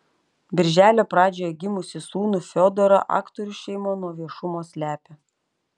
birželio pradžioje gimusį sūnų fiodorą aktorių šeima nuo viešumo slepia